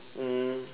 um